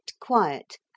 quiet